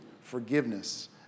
forgiveness